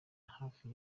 hafi